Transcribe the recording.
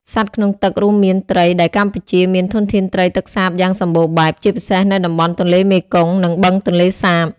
សត្វក្នុងទឹករួមមានត្រី ដែលកម្ពុជាមានធនធានត្រីទឹកសាបយ៉ាងសំបូរបែប ជាពិសេសនៅតំបន់ទន្លេមេគង្គ និងបឹងទន្លេសាប។